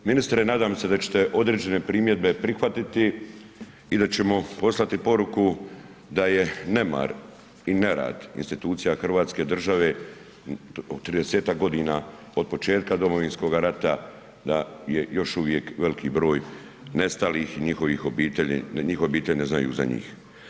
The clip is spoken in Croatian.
Ministre, nadam se da ćete određene primjedbe prihvatiti i da ćemo poslati poruku da je nemar i nerad institucija hrvatske države 30-ak godina od početka Domovinskoga rata, da je još uvijek veliki broj nestalih i njihovih obitelji, da njihove obitelji ne znaju za njih.